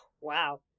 Wow